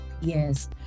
Yes